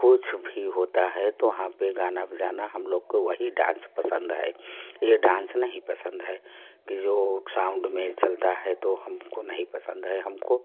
कुछ भी होता है तो वहाँ पे गाना बजाना हम लोग को वही डांस पसंद है ये डांस नहीं पसंद है कि जो साउंड में चलता है तो हमको नहीं पसंद है हमको